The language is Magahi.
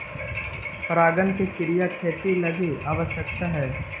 परागण के क्रिया खेती लगी आवश्यक हइ